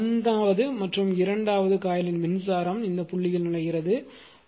எனவே 1 வது 2 வது காயிலின் மின்சாரம் புள்ளியில் இங்கே நுழைகிறது